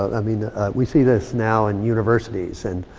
i mean we see this now in universities. and